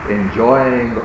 enjoying